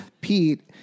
Pete